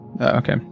Okay